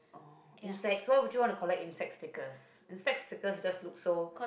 oh insects so would you want to collect insect stickers insect stickers just look so